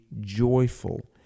joyful